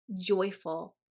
joyful